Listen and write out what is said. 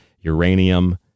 uranium